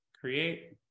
create